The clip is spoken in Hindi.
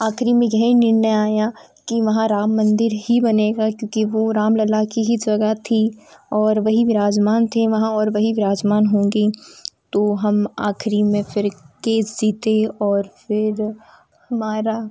आखिरी में यह निर्णय आया कि वहाँ राम मंदिर ही बनेगा क्योंकि वह राम लल्ला की ही जगह थी और वही विराजमान थे वहाँ और वही विराजमान होंगे तो हम आखिरी में फिर केस जीते और फिर हमारा